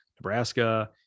Nebraska